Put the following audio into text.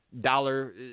Dollar